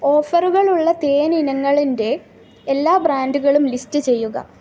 ഓഫറുകളുള്ള തേൻ ഇനങ്ങളിന്റെ എല്ലാ ബ്രാൻഡുകളും ലിസ്റ്റ് ചെയ്യുക